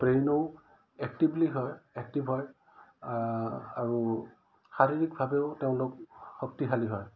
ব্ৰেইনো actively হয় active হয় আৰু শাৰীৰিকভাৱেও তেওঁলোক শক্তিশালী হয়